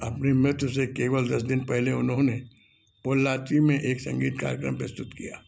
अपनी मृत्यु से केवल दस दिन पहले उन्होंने पोल्लाची में एक संगीत कार्यक्रम प्रस्तुत किया